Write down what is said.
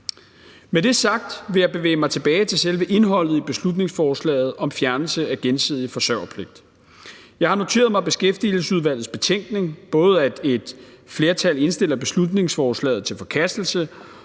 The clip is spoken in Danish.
Med det sagt vil jeg bevæge mig tilbage til selve indholdet i beslutningsforslaget om fjernelse af gensidig forsørgerpligt. Jeg har noteret mig Beskæftigelsesudvalgets betænkning, herunder både at et flertal har indstillet beslutningsforslaget til forkastelse,